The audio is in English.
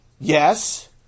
Yes